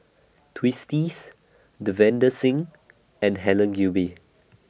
Twisstii Davinder Singh and Helen Gilbey